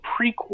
prequel